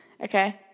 Okay